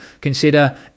Consider